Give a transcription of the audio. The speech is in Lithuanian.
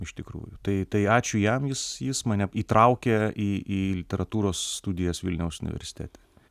iš tikrųjų tai tai ačiū jam jis jis mane įtraukė į į literatūros studijas vilniaus universitete